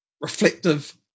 reflective